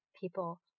people